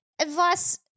advice